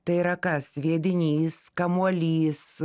tai yra kas sviedinys kamuolys